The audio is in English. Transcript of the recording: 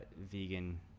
vegan –